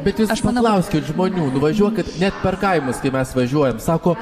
bet jūs paklauskit žmonių nuvažiuokit net per kaimus kai mes važiuojam sako